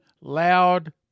loud